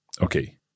Okay